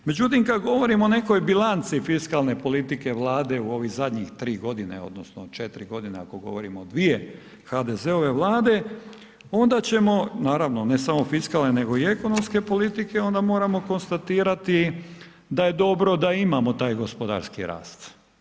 Međutim, kad govorim o nekoj bilanci fiskalne politike Vlade u ovih zadnjih 3.g. odnosno četiri godine ako govorimo o dvije HDZ-ove Vlade onda ćemo naravno ne samo fiskalne nego i ekonomske politike, onda moramo konstatirati da je dobro da imamo taj gospodarski rast.